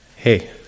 Hey